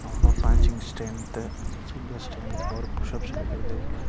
அவ்வளோ strength finger strength அவர் pushups எடுக்கிறது